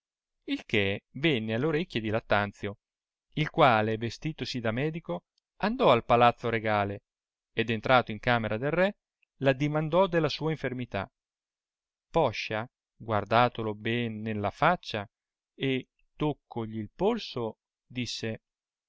il che venne all orecchie di lattanzio il quale vestitosi da medico andò al palazzo regale ed entrato in camera del ke l addimandò della sua infermità poscia guardatolo ben nella faccia e tuccogli il polso disse